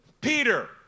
Peter